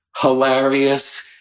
hilarious